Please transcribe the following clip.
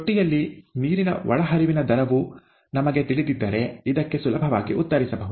ತೊಟ್ಟಿಯಲ್ಲಿ ನೀರಿನ ಒಳಹರಿವಿನ ದರವು ನಮಗೆ ತಿಳಿದಿದ್ದರೆ ಇದಕ್ಕೆ ಸುಲಭವಾಗಿ ಉತ್ತರಿಸಬಹುದು